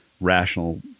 rational